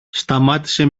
σταμάτησε